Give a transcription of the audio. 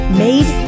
made